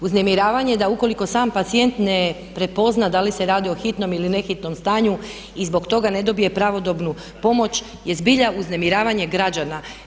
Uznemiravanje da ukoliko sam pacijent ne prepozna da li se radi o hitnom ili ne hitnom stanju i zbog toga ne dobije pravodobnu pomoć je zbilja uznemiravanje građana.